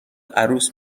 عروس